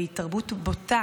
והתערבות בוטה